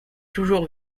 toujours